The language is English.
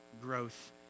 growth